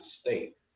state